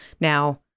Now